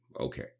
Okay